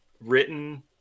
written